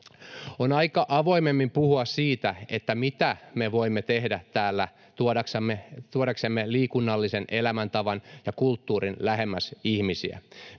On aika avoimemmin puhua siitä, mitä me voimme tehdä täällä tuodaksemme liikunnallisen elämäntavan ja kulttuurin lähemmäs ihmisiä,